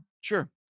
sure